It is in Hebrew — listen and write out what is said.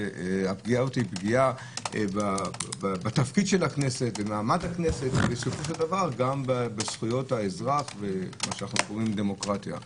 הפגיעה הזו היא פגיעה בתפקיד ובמעמד הכנסת ובזכויות האזרח ובדמוקרטיה.